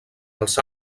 els